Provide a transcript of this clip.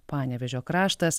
panevėžio kraštas